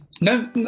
No